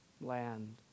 land